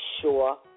sure